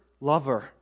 lover